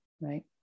Right